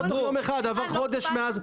עבר חודש אחד.